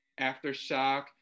aftershock